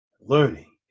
learning